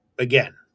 Again